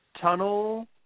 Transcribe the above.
tunnel